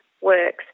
works